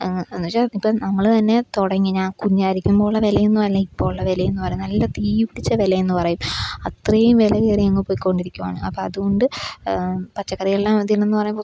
അങ്ങ് എന്ന് വെച്ചാൽ ഇപ്പം നമ്മൾ തന്നെ തുടങ്ങി ഞാൻ കുഞ്ഞായിരിക്കുമ്പോൾ ഉള്ള വിലയൊന്നും അല്ല ഇപ്പോഴുള്ള വിലയെന്ന് പറ നല്ല തീ പിടിച്ച വിലയെന്ന് പറയും അത്രയും വില കേറിയങ്ങ് പോയി കൊണ്ടിരിക്കുകയാണ് അപ്പോൾ അതുകൊണ്ട് പച്ചക്കറിയെല്ലാം തിന്നെന്ന് പറയുമ്പോൾ